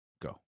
go